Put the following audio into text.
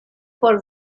por